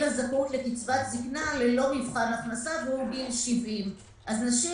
הזכאות לקצבת זקנה ללא מבחן הכנסה והוא גיל 70. נשים